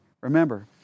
Remember